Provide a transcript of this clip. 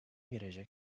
girecek